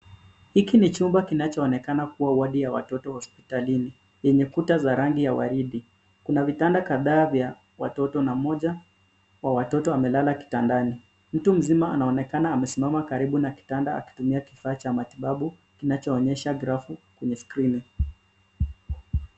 Hiki ni chumba kinachoonekana kuwa wodi ya watoto hospitalini yenye kuta za rangi ya waridi. Kuna vitanda kadhaa vya watoto na mmoja wa watoto amelala kitandani. Mtu mzima anaonekana amesimama karibu na kitanda akitumia kifaa cha matibabu kinachoonyesha grafu kwenye skrini.